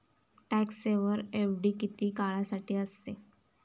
Tax saver FD किती काळासाठी असते?